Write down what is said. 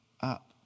up